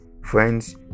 Friends